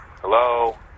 Hello